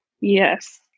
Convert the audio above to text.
Yes